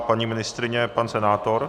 Paní ministryně, pan senátor?